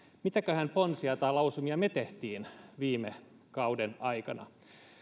mitäköhän ponsia tai lausumia me teimme viime viime kauden aikana